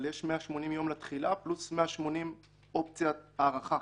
אבל יש 180 יום לתחילה פלוס 180 אופציית הארכה.